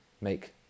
make